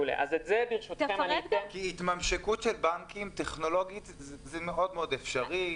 כי התממשקות טכנולוגית של בנקים היא מאוד-מאוד אפשרית.